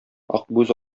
акбүз